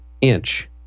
inch